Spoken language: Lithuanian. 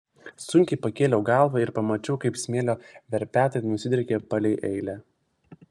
sunkiai pakėliau galvą ir pamačiau kaip smėlio verpetai nusidriekė palei eilę